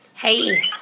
Hey